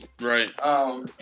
Right